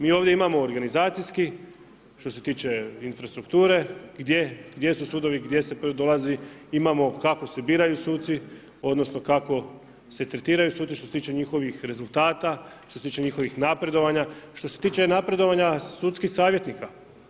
Mi ovdje imamo organizacijski, što se tiče infrastrukture, gdje su sudovi, gdje se koji dolazi, imamo kako se biraju suci, odnosno kako se tretiraju suci što se tiče njihovih rezultata, što se tiče njihovih napredovanja, što se tiče napredovanja sudskih savjetnika.